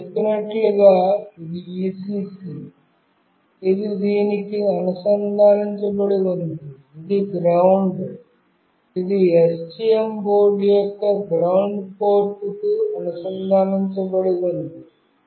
నేను చెప్పినట్లుగా ఇది Vcc ఇది దీనికి అనుసంధానించబడి ఉంది ఇది GND ఇది STM బోర్డు యొక్క గ్రౌండ్ పోర్టు కు అనుసంధానించబడి ఉంది